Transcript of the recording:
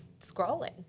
scrolling